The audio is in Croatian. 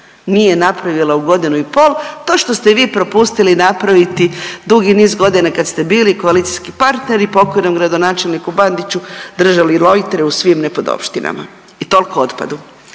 nije napravilo u godinu i pol. To što ste vi propustili napraviti dugi niz godina kad ste bili koalicijski partneri pokojnom gradonačelniku Bandiću držali lojtre u svim nepodopštinama. I tolko o otpadu